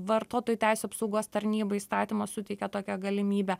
vartotojų teisių apsaugos tarnyba įstatymas suteikia tokią galimybę